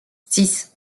six